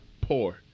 poor